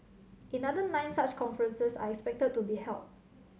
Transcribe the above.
another nine such conferences are expected to be held